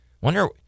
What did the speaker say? Wonder